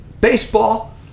Baseball